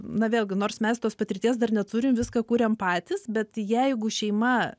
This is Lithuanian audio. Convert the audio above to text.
na vėlgi nors mes tos patirties dar neturim viską kuriam patys bet jeigu šeima